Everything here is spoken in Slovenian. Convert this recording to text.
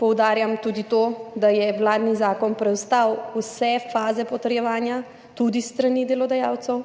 Poudarjam tudi to, da je vladni zakon preostal vse faze potrjevanja, tudi s strani delodajalcev.